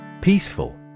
Peaceful